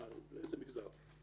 איזה מגזר?